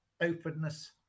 openness